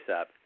up